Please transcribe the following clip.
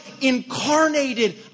incarnated